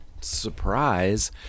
surprise